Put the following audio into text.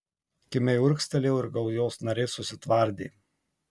kimiai urgztelėjau ir gaujos nariai susitvardė